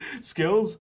skills